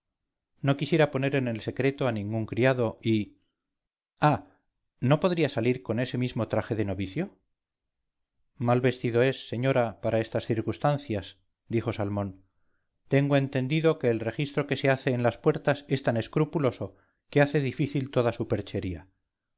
no quisiera poner en el secreto a ningún criado y ah no podría salir con ese mismo traje de novicio mal vestido es señora para estas circunstancias dijo salmón tengo entendido que el registro que se hace en las puertas es tan escrupuloso que hace difícil toda superchería